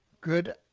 Good